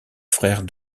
frère